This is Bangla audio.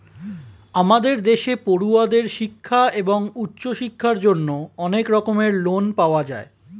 আমাদের দেশে পড়ুয়াদের শিক্ষা এবং উচ্চশিক্ষার জন্য অনেক রকমের লোন পাওয়া যায়